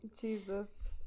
Jesus